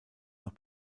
nach